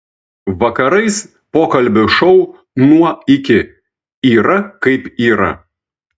vakarais pokalbių šou nuo iki yra kaip yra